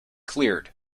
cleared